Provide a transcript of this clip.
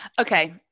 Okay